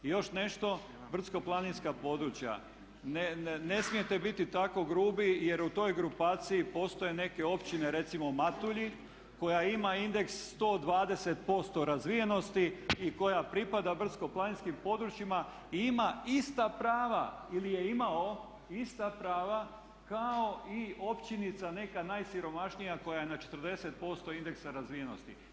I još nešto brdsko-planinska područja, ne smijete biti tako grubi jer u toj grupaciji postoje neke općine recimo Matulji koja ima indeks 120% razvijenosti i koja pripada brdsko-planinskim područjima i ima ista prava ili je imamo ista prava kao i općinica neka najsiromašnija koja je na 40% indeksa razvijenosti.